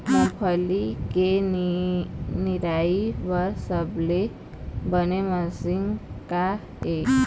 मूंगफली के निराई बर सबले बने मशीन का ये?